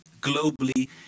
globally